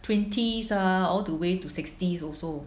twenties ah all the way to sixties also